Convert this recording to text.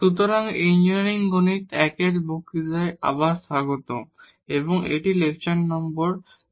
সুতরাং ইঞ্জিনিয়ারিং গণিত I এ বক্তৃতায় আবার স্বাগতম এবং এটি লেকচার নম্বর 19